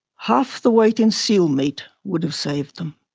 half the weight in seal meat would have saved them.